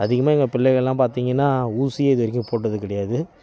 அதிகமாக எங்கள் பிள்ளைங்கெலாம் பார்த்திங்கனா ஊசியே இதுவரைக்கும் போட்டது கிடையாது